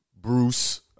Bruce